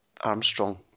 Armstrong